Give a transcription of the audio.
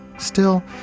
still,